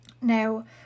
Now